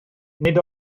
nid